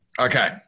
Okay